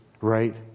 Right